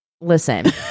listen